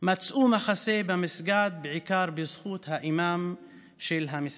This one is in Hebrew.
מצאו מחסה במסגד, בעיקר בזכות האימאם של המסגד.